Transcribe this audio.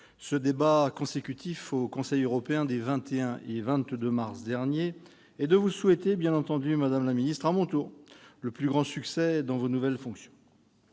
ce débat consécutif au Conseil européen des 21 et 22 mars dernier et de vous souhaiter, madame la secrétaire d'État, le plus grand succès dans vos nouvelles fonctions.